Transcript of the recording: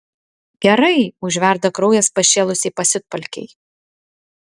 gerai užverda kraujas pašėlusiai pasiutpolkei